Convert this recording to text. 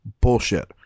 bullshit